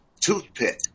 toothpick